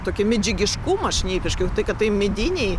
tokį medžiagiškumą šnipiškių tai kad tai mediniai